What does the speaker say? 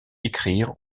écrire